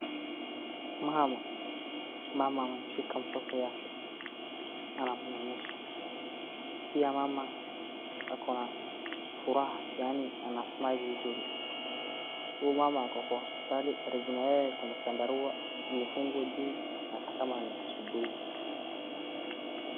Mama, mama amemshika mtoto yake anamyonyesha, pia mama ako na furaha yani cs[ anasmile]cs vizuri, huyu mama ako kwa hosiptali, karibu naye kuna chandarua imefungwa juu inakaa kama ni asubuhi.